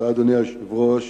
אדוני היושב-ראש,